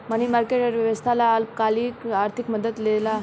मनी market, अर्थव्यवस्था ला अल्पकालिक आर्थिक मदद देला